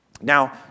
Now